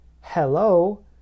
hello